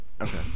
Okay